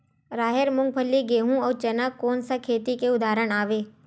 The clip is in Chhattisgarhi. राहेर, मूंगफली, गेहूं, अउ चना कोन सा खेती के उदाहरण आवे?